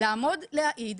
לעמוד להעיד,